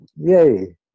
yay